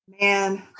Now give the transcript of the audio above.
Man